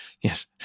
yes